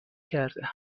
کردم